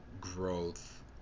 growth